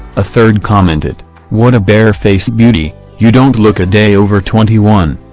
a third commented what a bare-faced beauty you don't look a day over twenty one